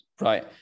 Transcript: Right